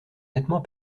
nettement